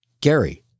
Gary